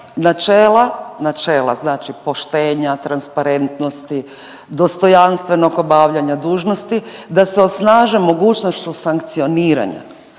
načela, načela znači poštenja, transparentnosti, dostojanstvenog obavljanja dužnosti, da se osnaže mogućnošću sankcioniranja.